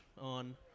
on